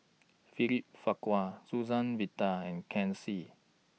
William Farquhar Suzann Victor and Ken Seet